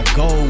go